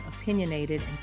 opinionated